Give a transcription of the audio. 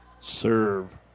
Serve